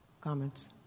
comments